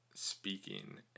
speaking